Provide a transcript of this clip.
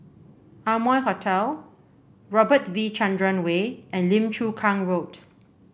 Amoy Hotel Robert V Chandran Way and Lim Chu Kang Road